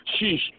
Sheesh